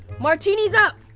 martini's up!